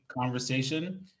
conversation